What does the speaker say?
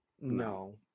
No